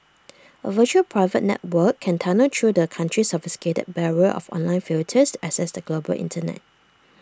A virtual private network can tunnel through the country's sophisticated barrier of online filters access the global Internet